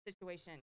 situation